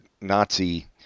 Nazi